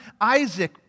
Isaac